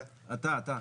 אתה, אתה.